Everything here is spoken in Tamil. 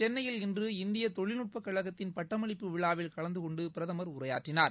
சென்னையில் இன்று இந்திய தொழில்நுட்ப கழகத்தின் பட்டமளிப்பு விழாவில் கலந்து கொண்டு பிரதமா உரையாற்றினார்